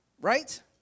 Right